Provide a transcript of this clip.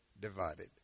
divided